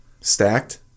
stacked